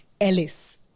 Ellis